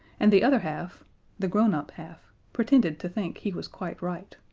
and the other half the grown-up half pretended to think he was quite right.